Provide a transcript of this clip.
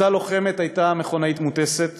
אותה לוחמת הייתה הטכנאית המוטסת